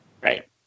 Right